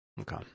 Okay